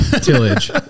Tillage